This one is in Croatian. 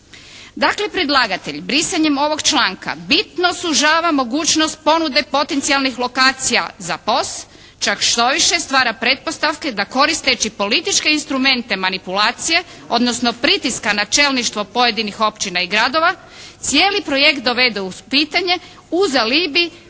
Dakle predlagatelj brisanjem ovog članka bitno sužava mogućnost ponude potencijalnih lokacija za POS, čak štoviše stvara pretpostavke da koristeći političke instrumente manipulacije, odnosno pritiska na čelništvo pojedinih općina i gradova cijeli projekt dovede u pitanje uz alibi